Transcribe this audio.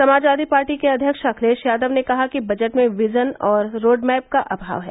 Samajwadi party के अध्यक्ष अखिलेश यादव ने कहा कि बजट में विजन और रोडमैप का अभाव है